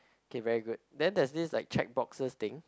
kay very good then there's this check boxes thing